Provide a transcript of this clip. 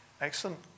Excellent